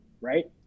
right